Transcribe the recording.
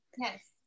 Yes